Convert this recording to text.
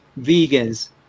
vegans